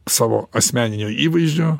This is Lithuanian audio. savo asmeninio įvaizdžio